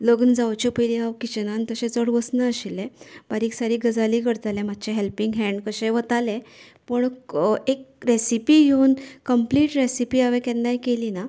लग्न जावंचे पयली हांव किचनांन तशें चड वचनाशिल्लें बारीक सारीक गजालीं करताले मातशें हेल्पींग हेंन्ड कशें वतालें पूण एक रेसिपी घेवन कंप्लिट रेसीपी हांवे केन्ना केली ना